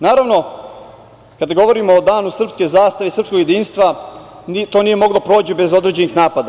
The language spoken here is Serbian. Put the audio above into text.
Naravno, kada govorimo o danu srpske zastave, srpskog jedinstva to nije moglo da prođe bez određenih napada.